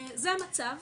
זה המצב,